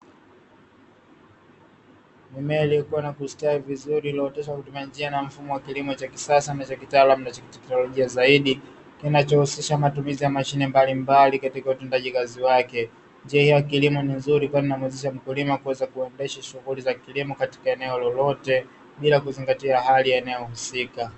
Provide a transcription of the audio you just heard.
Mimea iliyokua na kustawi vizuri iliyooteshwa kwa kutumia njia na mfumo wa kilimo cha kisasa na cha kitaalamu na cha kiteknolojia zaidi kinachohusisha matumizi ya mashine. mbalimbali katika utendaji kazi wake. Njia hiyo ya kilimo ni nzuri kwani inamuwezesha mkulima kuweza kuendesha shughuli za kilimo katika eneo lolote bila kuzingatia hali ya eneo husika.